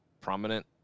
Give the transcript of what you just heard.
prominent